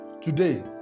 Today